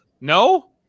no